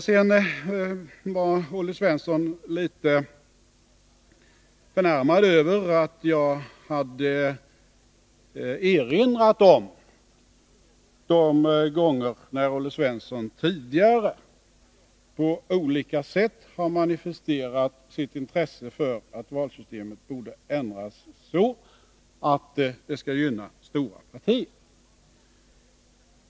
Sedan var Olle Svensson litet förnärmad över att jag hade erinrat om de gånger då Olle Svensson tidigare på olika sätt manifesterat sitt intresse för att valsystemet borde ändras så, att det skall gynna stora partier.